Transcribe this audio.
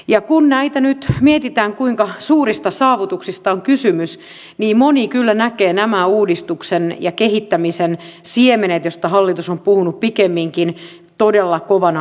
ja kun näitä nyt mietitään kuinka suurista saavutuksista on kysymys niin moni kyllä näkee nämä uudistuksen ja kehittämisen siemenet joista hallitus on puhut pikemminkin todella kovana säästöpolitiikkana